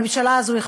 הממשלה הזאת,